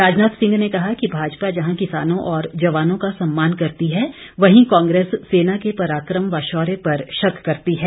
राजनाथ सिंह ने कहा कि भाजपा जहां किसानों और जवानों का सम्मान करती है वहीं कांग्रेस सेना के पराक्रम व शौर्य पर शक करती है